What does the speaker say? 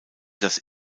das